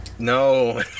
No